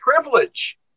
privilege